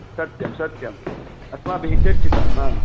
सत्यं सत्यम् अस्माभिः चर्चितम् आम्